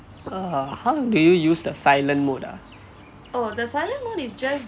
err how do you use the silent mode ah